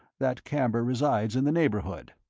that camber resides in the neighbourhood.